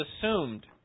assumed